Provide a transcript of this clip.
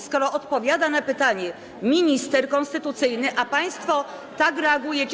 Skoro odpowiada na pytanie minister konstytucyjny, a państwo tak reagujecie.